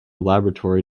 laboratory